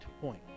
point